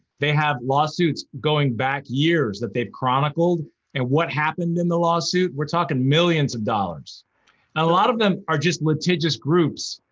they have lawsuits going back years that they've chronicled and what happened in the lawsuit, we're talking millions of dollars. and a lot of them are just litigious groups,